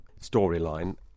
storyline